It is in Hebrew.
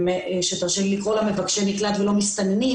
שתרשה לי לקרוא לה מבקשי מקלט ולא מסתננים